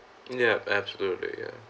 yup absolutely ya